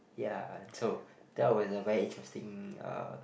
ya and so that was a very interesting uh